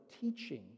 teaching